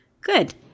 Good